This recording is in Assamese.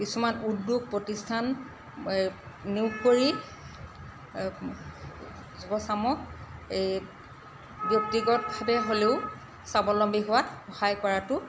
কিছুমান উদ্যোগ প্ৰতিষ্ঠান নিয়োগ কৰি যুৱচামক এই ব্যক্তিগতভাৱে হ'লেও স্বাৱলম্বী হোৱাত সহায় কৰাটো